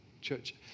Church